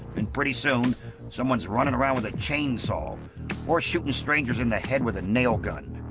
and pretty soon someone is running around with a chainsaw or shooting strangers in the head with a nail gun.